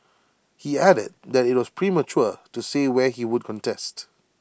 he added that IT was premature to say where he would contest